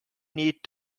need